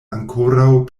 ankoraŭ